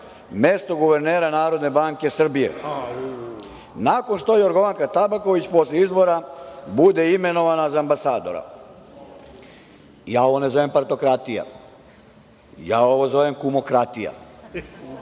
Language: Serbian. mesto guvernera NBS, nakon što Jorgovanka Tabaković posle izbora bude imenovana za ambasadora. Ja ovo ne zovem partokratija. Ja ovo zovem kumokratija. Idemo